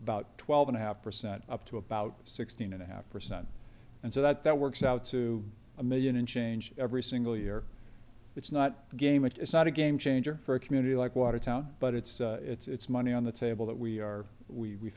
about twelve and a half percent up to about sixteen and a half percent and so that that works out to a million and change every single year it's not a game it's not a game changer for a community like watertown but it's it's money on the table that we are we